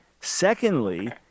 Secondly